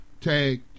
Tag